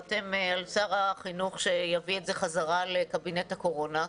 אתם על שר החינוך שיביא את זה בחזרה לקבינט הקורונה,